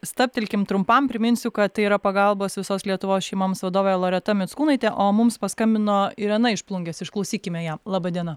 stabtelkim trumpam priminsiu kad tai yra pagalbos visos lietuvos šeimoms vadovė loreta mickūnaitė o mums paskambino irena iš plungės išklausykime ją laba diena